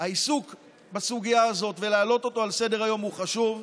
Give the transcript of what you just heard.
העיסוק בסוגיה הזאת ולהעלות אותו על סדר-היום הוא חשוב,